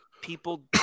people